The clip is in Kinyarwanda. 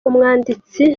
umwanditsi